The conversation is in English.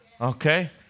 Okay